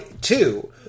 two